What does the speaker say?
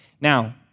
Now